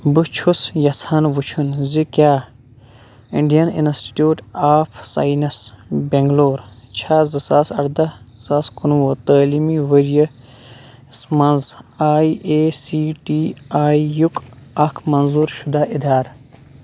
بہٕ چھُس یژھان وُچھُن زِ کیٛاہ Indian institute of science Bangalore چھا زٕ سا اَرداہ زٕ سا کُنہٕ وُہ تعلیٖمی ورۍ یَس مَنٛز I A C T I یُک اکھ منظور شُدا اِدارٕ؟